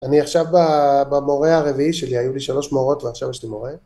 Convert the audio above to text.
אני עכשיו במורה הרביעי שלי, היו לי שלוש מורות ועכשיו יש לי מורה.